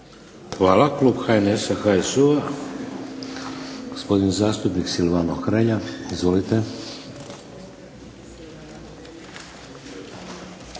Hvala. Klub HNS-a, HSU-a gospodin zastupnik Silvano Hrelja. Izvolite.